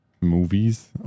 movies